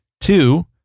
Two